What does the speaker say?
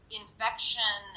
infection